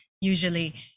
usually